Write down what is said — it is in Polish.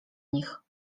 nich